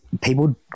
people